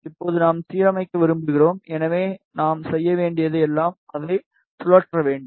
இப்போது நாம் சீரமைக்க விரும்புகிறோம் எனவே நாம் செய்ய வேண்டியது எல்லாம் அதை சுழற்ற வேண்டும்